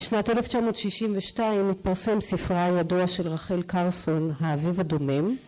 ‫בשנת 1962 פרסם ספרה ידוע ‫של רחל קרסון, האביב הדומן.